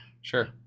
Sure